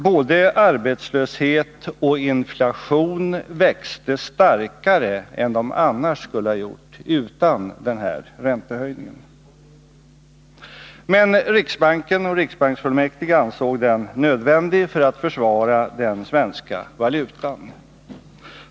Både arbetslöshet och inflation växte starkare än de skulle ha gjort utan den här räntehöjningen. Men riksbanken och riksbanksfullmäktige ansåg räntehöjningen nödvändig för att försvara den svenska valutan.